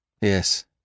Yes